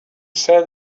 said